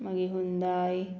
मागी हुंदाय